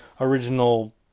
original